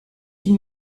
une